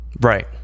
Right